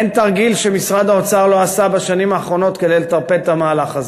אין תרגיל שמשרד האוצר לא עשה בשנים האחרונות כדי לטרפד את המהלך הזה.